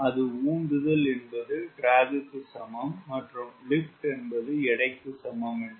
அது உந்துதல் என்பது ட்ராக் க்கு சமம் மற்றும் லிப்ட் என்பது எடைக்கு சமம் என்று